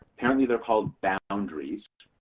apparently they're called boundaries.